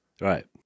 right